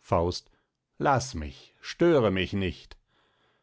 faust laß mich störe mich nicht